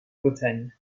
bretagne